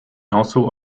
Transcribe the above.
also